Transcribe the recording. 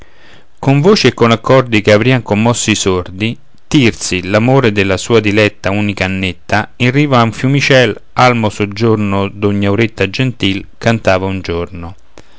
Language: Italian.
con voci e con accordi che avrian commossi i sordi tirsi l'amore della sua diletta unica annetta in riva a un fiumicel almo soggiorno d'ogni auretta gentil cantava un giorno